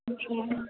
मोन्थिया